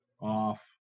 off